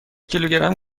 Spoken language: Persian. کیلوگرم